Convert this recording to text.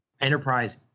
enterprise